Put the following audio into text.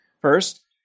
First